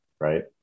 right